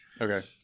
Okay